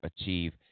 achieve